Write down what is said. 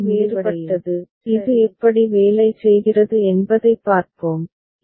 எனவே இது வேறுபட்டது இது எப்படி வேலை செய்கிறது என்பதைப் பார்ப்போம் இந்த அட்டவணை சரியானது